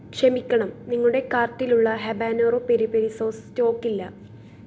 ക്ഷമിക്കണം നിങ്ങുടെ കാർട്ടിലുള്ള habanero peri peri sauce stock ഇല്ല